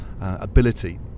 ability